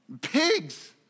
Pigs